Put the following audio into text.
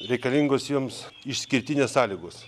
reikalingos joms išskirtinės sąlygos